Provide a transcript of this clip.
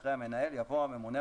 אחרי "המנהל" יבוא "או הממונה,